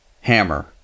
Hammer